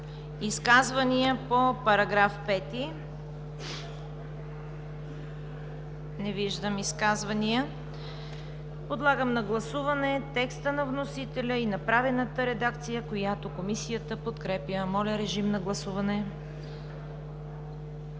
Изказвания по § 9? Не виждам изказвания. Подлагам на гласуване текста на вносителя и направената редакция, които Комисията подкрепя. Гласували